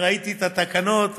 וראיתי את התקנות,